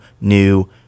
new